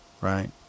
right